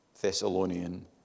Thessalonian